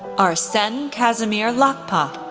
arsene casimir lakpa,